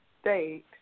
State